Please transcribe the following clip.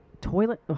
toilet